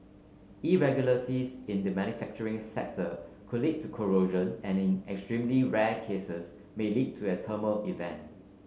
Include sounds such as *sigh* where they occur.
irregularities in the manufacturing *unintelligible* could lead to corrosion and in extremely rare cases may lead to a thermal event